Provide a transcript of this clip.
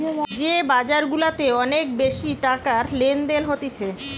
যে বাজার গুলাতে অনেক বেশি টাকার লেনদেন হতিছে